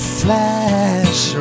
flash